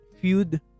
feud